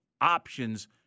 options